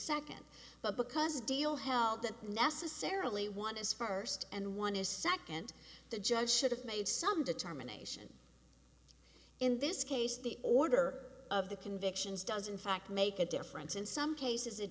second but because a deal held that necessarily want is first and one is second the judge should have made some determination in this case the order of the convictions does in fact make a difference in some cases it